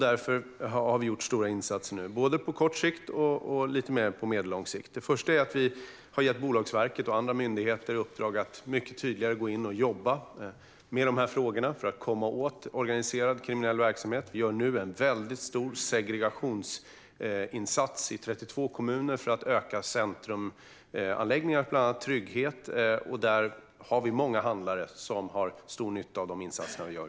Därför har vi gjort stora insatser, både på kort och medellång sikt. Det första är att vi har gett Bolagsverket och andra myndigheter i uppdrag att mycket tydligare jobba med dessa frågor för att komma åt organiserad kriminell verksamhet. Vi gör nu en stor segregationsinsats i 32 kommuner för att öka tryggheten i bland annat centrumanläggningar. Här har många handlare nytta av de insatser vi gör.